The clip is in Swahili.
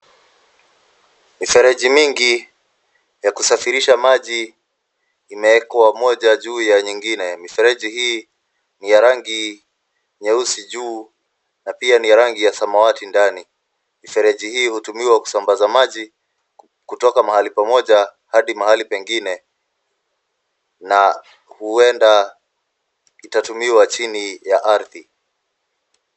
Mifereji mingi ya kusafirisha maji imeekwa moja juu ya nyingine. Mifereji hii ni ya rangi nyeusi juu na pia ni ya rangi ya samawati ndani. Mifereji hii hutumiwa kusambaza maji kutoka mahali pamoja hadi mahali pengine na huenda itatumiwa chini ya ardhi.